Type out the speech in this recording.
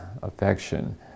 affection